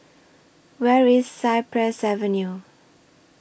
Where IS Cypress Avenue